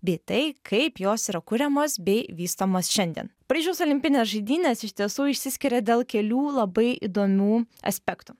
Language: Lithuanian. bei tai kaip jos yra kuriamos bei vystomos šiandien paryžiaus olimpinės žaidynės iš tiesų išsiskiria dėl kelių labai įdomių aspektų